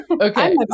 Okay